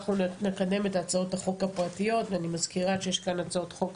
אנחנו נקדם את הצעות החוק הפרטיות ואני מזכירה שיש כאן הצעות חוק